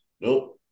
Nope